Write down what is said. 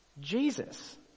Jesus